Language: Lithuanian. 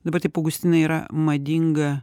dabar taip augustinui yra madinga